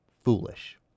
foolish